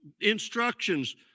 instructions